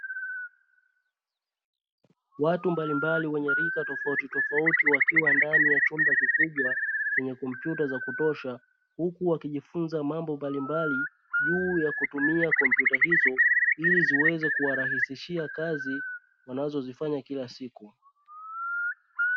Watu mbalimbali wenye rika tofautitofauti wakiwa ndani ya chumba kikubwa chenye kompyuta za kutosha, huku wakijifunza mambo mbalimbali juu ya kutumia kompyuta hizo ili ziweze kuwarahisishia kazi wanazozifanya kila siku.